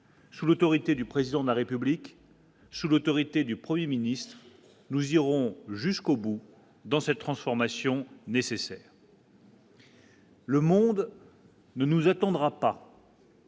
sous l'autorité du président de la République. Sous l'autorité du 1er ministre nous irons jusqu'au bout dans cette transformation nécessaire. Le monde. Ne nous attendra pas.